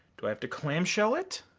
do i have to clamshell it?